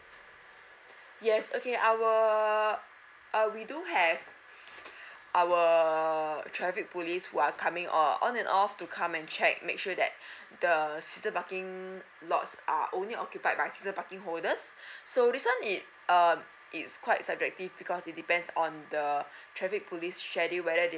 yes okay I will uh we do have our traffic police who are coming or on and off to come and check make sure that the uh season parking lots are only occupied by season parking holders so this one it~ uh it's quite subjective because it depends on the traffic police schedule whether they